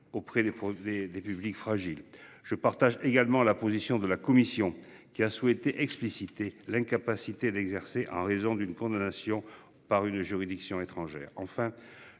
preuves des publics fragiles. Je partage également la position de la commission qui a souhaité expliciter l'incapacité d'exercer en raison d'une condamnation par une juridiction étrangère